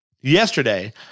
Yesterday